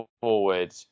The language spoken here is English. forward